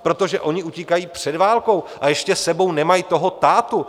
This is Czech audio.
Protože oni utíkají před válkou, a ještě s sebou nemají toho tátu.